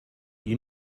you